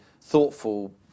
thoughtful